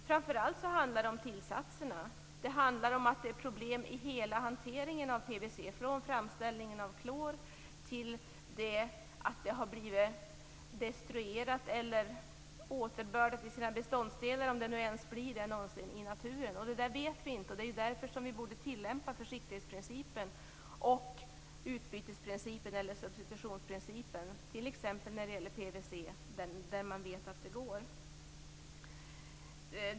Framför allt handlar det om tillsatserna, men det är problem i hela hanteringen av PVC, från framställningen av klor till dess att ämnet har blivit destruerat eller återbördat till sina beståndsdelar i naturen, om det nu någonsin blir det. Detta vet vi inte, och vi borde därför tillämpa försiktighetsprincipen och utbytesprincipen eller substitutionsprincipen t.ex. när det gäller PVC, där man vet att det går.